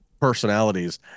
personalities